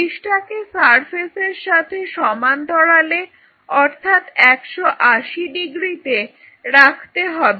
ডিসটাকে সারফেসের সাথে সমান্তরালে অর্থাৎ একশো আশি ডিগ্রিতে রাখতে হবে